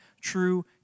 true